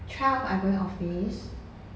twelfth I'm going office